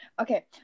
okay